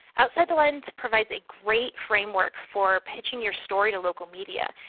outside the lines provides a great framework for pitching your story to local media,